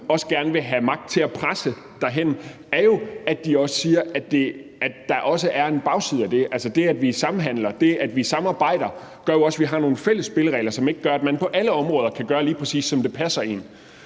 også gerne vil have magt over til at kunne presse et sted hen, handler jo om, at de siger, at der også er en bagside ved det. Altså, det, at vi samhandler, og det, at vi samarbejder, gør jo også, at vi har nogle fælles spilleregler, som gør, at man ikke på alle områder kan gøre, lige præcis som det passer en.